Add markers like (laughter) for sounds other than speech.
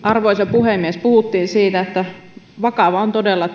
arvoisa puhemies puhuttiin siitä että tilanne on todella (unintelligible)